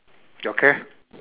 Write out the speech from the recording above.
okay